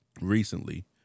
recently